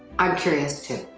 i'm curious too.